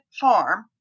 farm